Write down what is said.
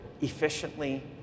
efficiently